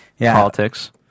politics